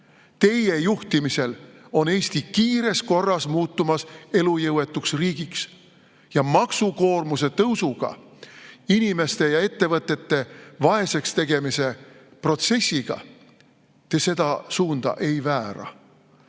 Teie juhtimisel on Eesti kiires korras muutumas elujõuetuks riigiks ja maksukoormuse tõusuga, inimeste ja ettevõtete vaeseks tegemise protsessiga te seda suunda ei väära.